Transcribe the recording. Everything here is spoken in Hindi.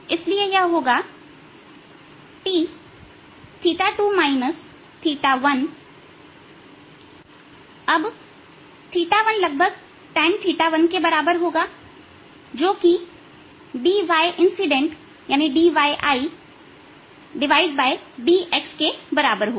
इसलिए यह होगा Tθ2 θ1 θ1 लगभग tan θ1 के बराबर होगा जो कि dyIdx के बराबर होगा